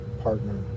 partner